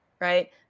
Right